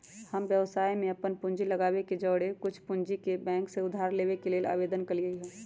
हम व्यवसाय में अप्पन पूंजी लगाबे के जौरेए कुछ पूंजी बैंक से उधार लेबे के लेल आवेदन कलियइ ह